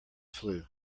flu